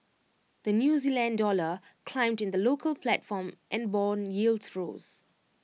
the new Zealand dollar climbed in the local platform and Bond yields rose